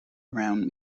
around